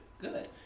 Good